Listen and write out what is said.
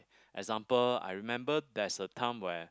example I remember there's a time where